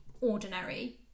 ordinary